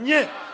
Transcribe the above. Nie.